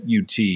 UT